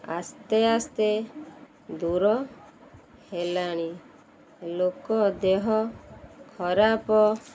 ଆସ୍ତେ ଆସ୍ତେ ଦୂର ହେଲାଣି ଲୋକ ଦେହ ଖରାପ